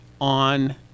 on